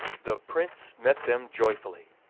the prince met them joyfully,